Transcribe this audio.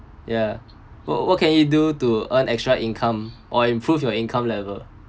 ya what what can you do to earn extra income or improve your income level